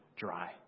dry